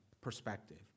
perspective